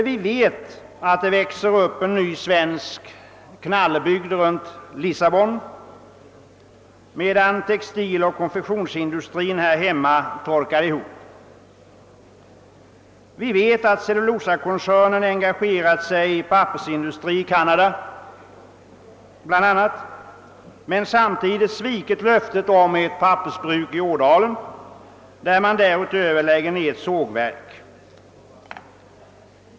Vi vet att det växer upp en ny svensk knallebygd runt Lissabon, medan textiloch konfektionsindustrin här hemma torkar ihop. Vi vet att cellulosakoncernen engagerar sig bl.a. i pappersindustrin i Kanada men samtidigt svikit löftet om ett pappersbruk i Ådalen, där man dessutom lägger ned ett sågverk.